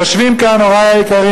יושבים כאן הורי היקרים,